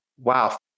wow